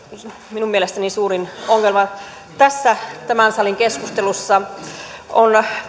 minun mielestäni suurin ongelma tässä tämän salin keskustelussa on